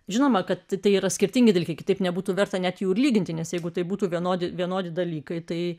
žinoma kad tai yra skirtingi dalykai kitaip nebūtų verta net jų lyginti nes jeigu tai būtų vienodi vienodi dalykai tai